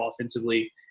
offensively